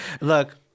Look